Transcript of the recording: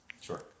Sure